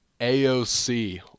AOC